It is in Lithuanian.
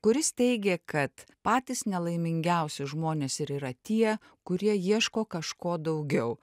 kuris teigė kad patys nelaimingiausi žmonės ir yra tie kurie ieško kažko daugiau